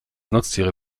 nutztiere